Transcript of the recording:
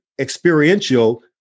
experiential